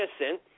innocent